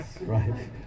right